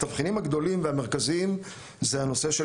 התבחינים הגדולים והמרכזיים זה הנושא של